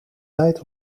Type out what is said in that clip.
tijd